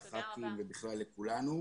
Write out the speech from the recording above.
לחברי הכנסת ולכולנו.